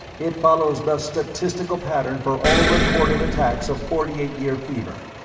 it follows the statistical pattern for all recorded attacks of forty eight year fever.